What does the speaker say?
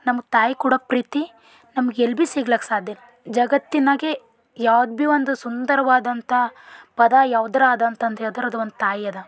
ನಮಗೆ ತಾಯಿ ಕೊಡೋ ಪ್ರೀತಿ ನಮ್ಗೆ ಎಲ್ಲಿ ಭಿ ಸಿಗ್ಲಕ್ಕ ಸಾಧ್ಯ ಇಲ್ಲ ಜಗತ್ತಿನಾಗೆ ಯಾವ್ದು ಭಿ ಒಂದು ಸುಂದರವಾದಂಥ ಪದ ಯಾವುದರ ಅದ ಅಂತ ಹೇಳ್ದ್ರೆ ಅದು ಒಂದು ತಾಯಿ ಅದ